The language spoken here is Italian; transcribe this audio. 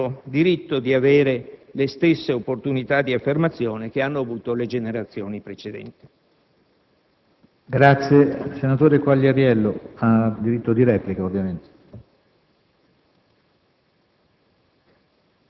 generazioni che hanno il diritto di avere le stesse opportunità di affermazione che hanno avuto le generazioni precedenti.